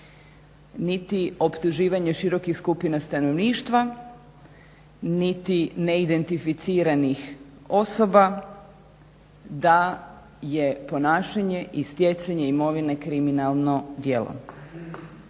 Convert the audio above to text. niti optuživanje širokih skupina stanovništva niti neidentificiranih osoba da je ponašanje i stjecanje imovine kriminalno djelo.